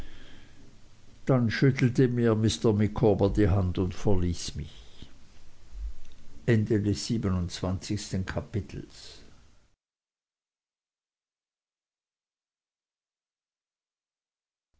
dann schüttelte mir mr micawber die hand und verließ mich